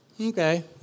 Okay